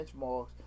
benchmarks